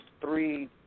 three